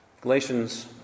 Galatians